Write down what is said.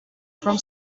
from